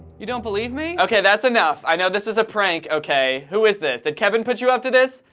you don't believe me? okay, that's enough. i know this is a prank, okay? who is this? did kevin put you up to this?